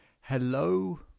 Hello